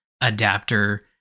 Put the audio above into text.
adapter